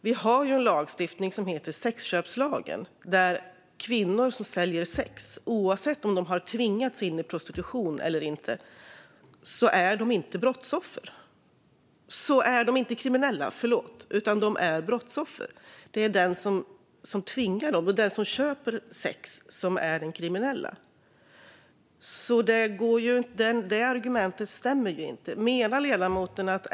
Vi har en lagstiftning som heter sexköpslagen, enligt vilken kvinnor som säljer sex, oavsett om de har tvingats in i prostitution eller inte, inte är kriminella utan brottsoffer. Det är den som tvingar dem och den som köper sex som är den kriminella. Detta argument stämmer alltså inte.